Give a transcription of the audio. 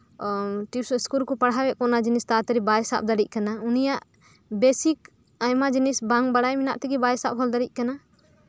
ᱚ ᱴᱤᱭᱩᱥᱚᱱ ᱨᱮᱠᱚ ᱯᱟᱲᱦᱟᱣ ᱮᱜ ᱠᱚᱣᱟ ᱚᱱᱟ ᱡᱤᱱᱤᱥ ᱛᱟᱲᱟ ᱛᱟᱲᱤ ᱵᱟᱭ ᱥᱟᱵ ᱫᱟᱲᱮᱭᱟᱜ ᱠᱟᱱᱟ ᱩᱱᱤᱭᱟᱜ ᱵᱮᱥᱤᱠ ᱟᱭᱢᱟ ᱡᱤᱱᱤᱥ ᱵᱟᱝ ᱵᱟᱲᱟᱭ ᱛᱮᱜᱮ ᱵᱟᱭ ᱥᱟᱵ ᱦᱚᱫ ᱫᱟᱲᱮᱜ ᱠᱟᱱᱟ